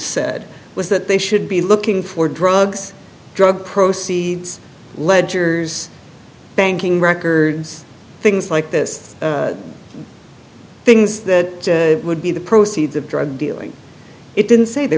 said was that they should be looking for drugs drug proceeds ledgers banking records things like this things that would be the proceeds of drug dealing it didn't say they